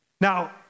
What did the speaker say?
Now